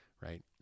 Right